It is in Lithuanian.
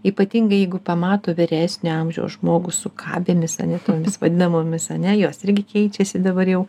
ypatingai jeigu pamato vyresnio amžiaus žmogų su kabėmis ar ne tomis vadinamomis ar ne jos irgi keičiasi dabar jau